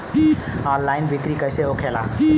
Online बिक्री कैसे होखेला?